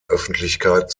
öffentlichkeit